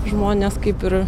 žmonės kaip ir